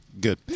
Good